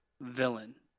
villain